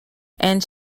and